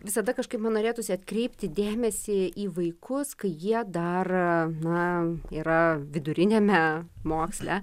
visada kažkaip man norėtųsi atkreipti dėmesį į vaikus kai jie dar na yra viduriniame moksle